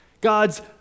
God's